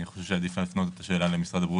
אני חושב שעדיף להפנות את השאלה למשרד הבריאות